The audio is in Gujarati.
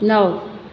નવ